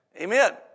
Amen